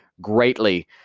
greatly